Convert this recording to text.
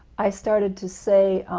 i started to say